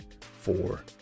four